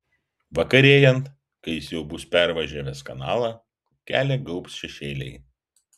vakarėjant kai jis jau bus pervažiavęs kanalą kelią gaubs šešėliai